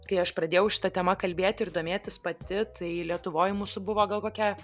kai aš pradėjau šita tema kalbėti ir domėtis pati tai lietuvoj mūsų buvo gal kokia